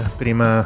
prima